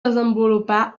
desenvolupar